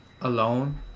alone